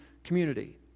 community